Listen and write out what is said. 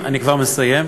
אני כבר מסיים.